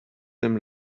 them